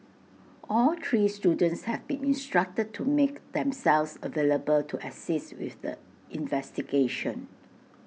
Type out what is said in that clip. all three students have been instructed to make themselves available to assist with the investigation